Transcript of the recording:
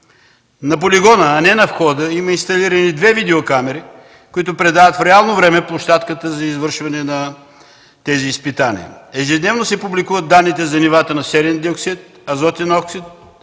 На полигона, а не на входа, има инсталирани две видеокамери, които предават в реално време площадката за извършване на тези изпитания. Ежедневно се публикуват данните за нивата на серен диоксид, азотен оксид